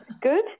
good